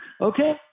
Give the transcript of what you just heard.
Okay